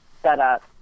setup